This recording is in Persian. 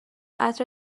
عطر